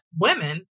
women